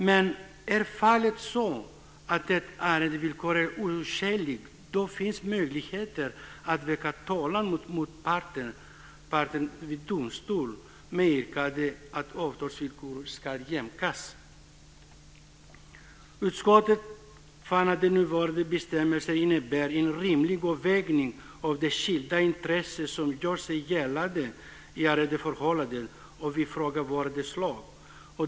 Men är fallet att ett arrendevillkor är oskäligt så finns möjligheter att väcka talan mot motparten i domstol med yrkande att avtalsvillkoren ska jämkas. Utskottet fann att den nuvarande bestämmelsen innebär en rimlig avvägning av de skilda intressen som gör sig gällande i arrendeförhållanden. Vi frågar oss var det slår.